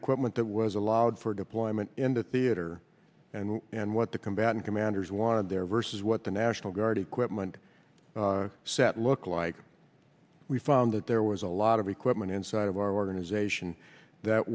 equipment that was allowed for deployment in the theater and what the combatant commanders wanted there versus what the national guard equipment set look like we found that there was a lot of equipment inside of our organization that